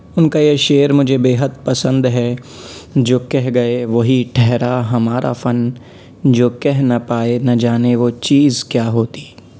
اُن کا یہ شعر مجھے بے حد پسند ہے جو کہہ گئے وہی ٹھہرا ہمارا فن جو کہہ نہ پائے نہ جانے وہ چیز کیا ہوتی